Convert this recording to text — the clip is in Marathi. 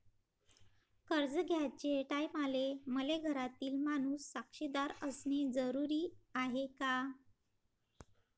कर्ज घ्याचे टायमाले मले घरातील माणूस साक्षीदार असणे जरुरी हाय का?